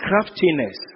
craftiness